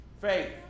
faith